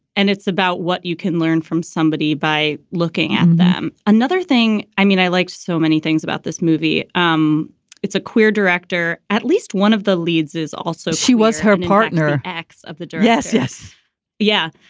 and it's about what you can learn from somebody by looking at them. another thing. i mean i like so many things about this movie. um it's a queer director. at least one of the leads is also she was her partner. acts of the dress. yes. yeah.